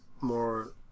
more